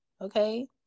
okay